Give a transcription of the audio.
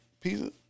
Pizza